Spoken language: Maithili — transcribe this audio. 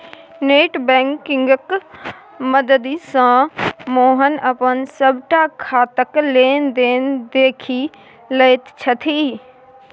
नेट बैंकिंगक मददिसँ मोहन अपन सभटा खाताक लेन देन देखि लैत छथि